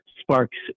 Sparks